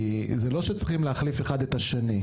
כי זה לא שצריכים להחליף אחד את השני,